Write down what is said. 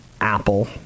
Apple